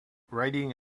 writing